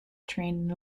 trained